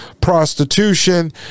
prostitution